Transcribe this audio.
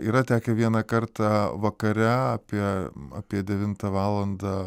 yra tekę vieną kartą vakare apie apie devintą valandą